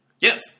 Yes